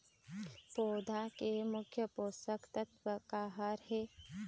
पौधा के मुख्य पोषकतत्व का हर हे?